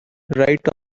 right